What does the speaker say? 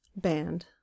band